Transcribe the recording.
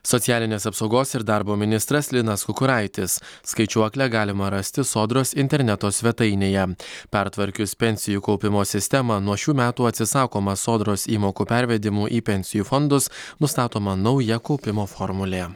socialinės apsaugos ir darbo ministras linas kukuraitis skaičiuoklę galima rasti sodros interneto svetainėje pertvarkius pensijų kaupimo sistemą nuo šių metų atsisakoma sodros įmokų pervedimų į pensijų fondus nustatoma nauja kaupimo formulė